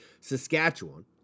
Saskatchewan